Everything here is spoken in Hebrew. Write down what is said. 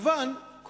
יש סחבת,